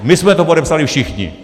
My jsme to podepsali všichni.